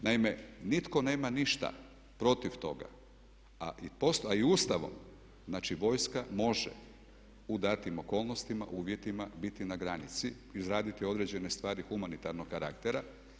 Naime, nitko nema ništa protiv toga a i Ustavom znači vojska može u datim okolnostima, uvjetima biti na granici, izraditi određene stvari humanitarnog karaktera.